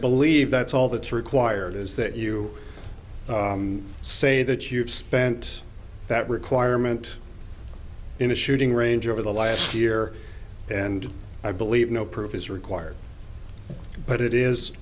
believe that's all that's required is that you say that you've spent that requirement in a shooting range over the last year and i believe no proof is required but it is